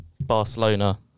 Barcelona